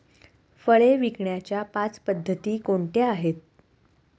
फळे विकण्याच्या पाच पद्धती कोणत्या आहेत?